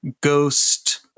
ghost